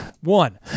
One